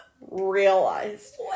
realized